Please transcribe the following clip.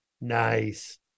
Nice